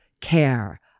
care